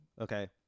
Okay